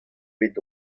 bet